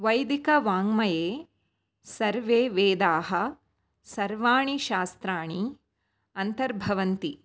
वैदिकवाङ्ममये सर्वेवेदाः सर्वाणि शास्त्राणि अन्तर्भवन्ति